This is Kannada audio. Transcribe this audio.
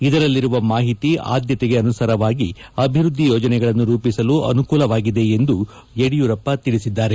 ಇದರಲ್ಲಿರುವ ಮಾಹಿತಿ ಆದ್ಯತೆಗೆ ಅನುಸರವಾಗಿ ಅಭಿವ್ವದ್ದಿ ಯೋಜನೆಗಳನ್ನು ರೂಪಿಸಲು ಅನುಕೂಲವಾಗಿದೆ ಎಂದು ಯಡಿಯೂರಪ್ಪ ತಿಳಿಸಿದ್ದಾರೆ